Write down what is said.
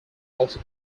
also